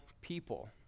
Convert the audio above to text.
people